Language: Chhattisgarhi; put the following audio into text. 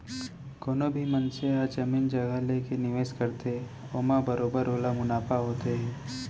कोनो भी मनसे ह जमीन जघा लेके निवेस करथे ओमा बरोबर ओला मुनाफा होथे ही